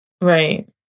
Right